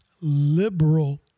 liberal